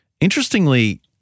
interestingly